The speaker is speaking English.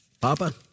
Papa